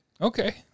Okay